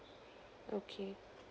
okay